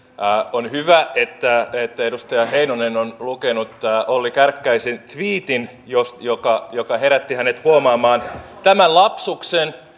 on hyvä että edustaja heinonen on lukenut olli kärkkäisen tviitin joka joka herätti hänet huomaamaan tämän lapsuksen